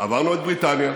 עברנו את בריטניה,